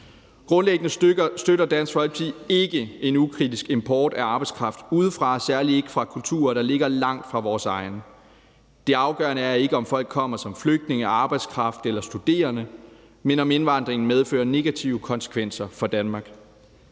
Grundlæggende støtter Dansk Folkeparti ikke en ukritisk import af arbejdskraft udefra, særlig ikke fra kulturer, der ligger langt fra vores egen. Det afgørende er ikke, om folk kommer som flygtninge, arbejdskraft eller studerende, men om indvandringen medfører negative konsekvenser for Danmark.